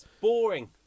boring